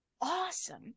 awesome